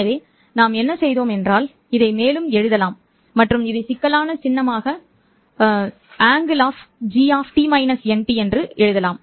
எனவே நாம் என்ன செய்தோம் என்றால் இதை மேலும் எழுதலாம் மற்றும் இதை சிக்கலான சின்னம் ஆங் என்று அழைக்கலாம்